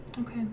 Okay